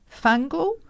fungal